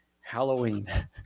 Halloween